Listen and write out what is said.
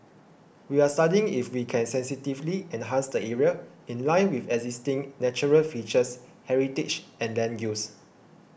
we are studying if we can sensitively enhance the area in line with existing natural features heritage and land use